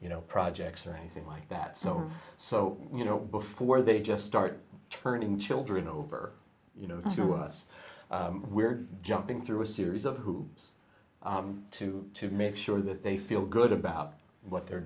you know projects or anything like that so so you know before they just start turning children over you know to us we're jumping through a series of hoops to make sure that they feel good about what they're